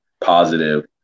positive